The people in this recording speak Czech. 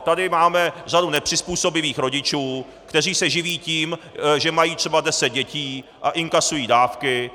Tady máme řadu nepřizpůsobivých rodičů, kteří se živí tím, že mají třeba deset dětí a inkasují dávky.